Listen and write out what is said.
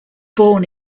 born